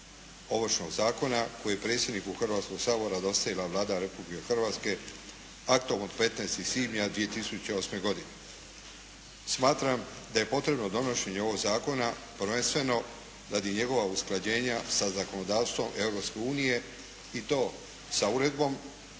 Ovršnog zakona koje je predsjedniku Hrvatskog sabora dostavila Vlada Republike Hrvatske aktom od 15. svibnja 2008. godine. Smatram da je potrebno donošenje ovog zakona prvenstveno radi njegova usklađenja sa zakonodavstvom Europske